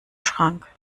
schrank